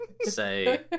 say